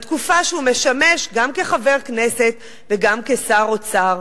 בתקופה שהוא משמש גם כחבר כנסת וגם כשר האוצר,